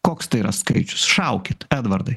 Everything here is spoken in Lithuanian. koks tai yra skaičius šaukit edvardai